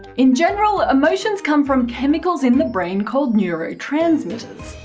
in general, emotions come from chemicals in the brain called neurotransmitters.